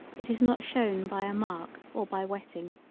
it is not shown by a mark or by wetting.